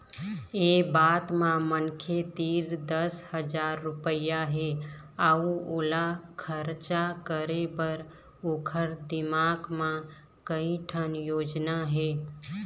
ए बात म मनखे तीर दस हजार रूपिया हे अउ ओला खरचा करे बर ओखर दिमाक म कइ ठन योजना हे